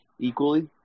equally